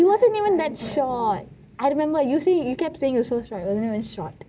it wasn't even that short I remember you see you kept saying it was so short it wasn't even that short